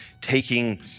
taking